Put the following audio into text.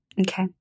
Okay